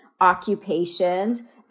occupations